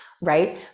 right